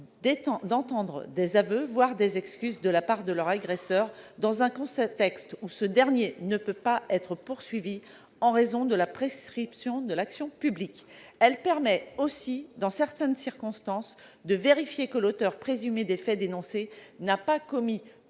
d'entendre des aveux, voire de recevoir des excuses de la part de leur agresseur, dans un contexte où ce dernier ne peut pas être poursuivi en raison de la prescription de l'action publique. Elle permet aussi, dans certaines circonstances, de vérifier que l'auteur présumé des faits dénoncés n'a pas commis